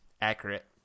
accurate